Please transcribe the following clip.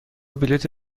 بلیط